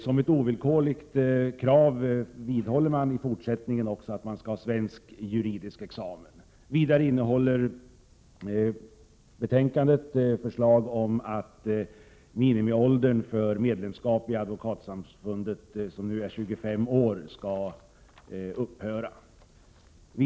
Som ett ovillkorligt krav vidhålls även i fortsättningen att man skall ha svensk juridisk examen. Vidare innehåller betänkandet förslag om att minimiåldern för medlemskap i Advokatsamfundet, som nu är 25 år, skall upphöra.